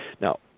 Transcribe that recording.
Now